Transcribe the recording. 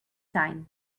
sign